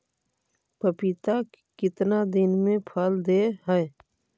पपीता कितना दिन मे फल दे हय?